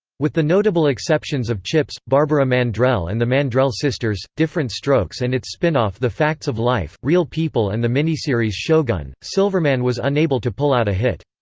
with the notable exceptions of chips, barbara mandrell and the mandrell sisters, diff'rent strokes and its spin-off the facts of life, real people and the miniseries shogun, silverman was unable to pull out a hit.